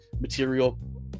material